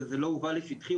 זה לא הובא לשטחי,